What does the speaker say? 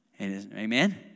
Amen